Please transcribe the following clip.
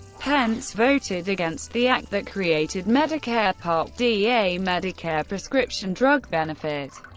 pence voted against the act that created medicare part d, a medicare prescription-drug benefit.